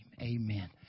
amen